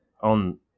on